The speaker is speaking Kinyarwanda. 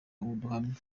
ubuhamya